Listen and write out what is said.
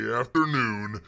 afternoon